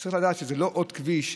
צריך לדעת שזה לא עוד כביש,